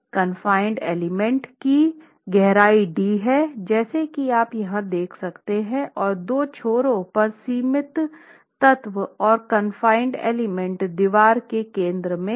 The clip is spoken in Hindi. कानफाइन्ड एलिमेंट की गहराई d है जैसा कि आप यहाँ देख सकते हैं और दो छोरों पर सीमित तत्व और कानफाइन्ड एलिमेंट दीवार के केंद्र में है